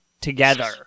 together